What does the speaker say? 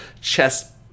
chest